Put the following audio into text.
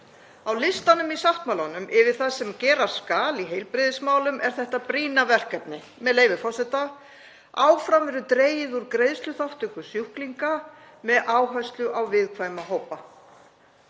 Á listanum í sáttmálanum yfir það sem gera skal í heilbrigðismálum er þetta brýna verkefni, með leyfi forseta: „Áfram verður dregið úr greiðsluþátttöku sjúklinga með áherslu á viðkvæma hópa.“